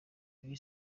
ibi